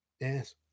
yes